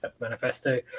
manifesto